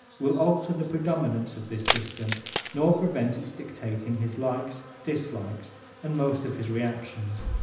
will alter the predominance of this system nor prevent its dictating his likes, dislikes and most of his reactions.